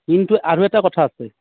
কিন্তু আৰু এটা কথা আছে